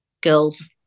girls